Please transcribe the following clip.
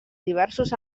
diversos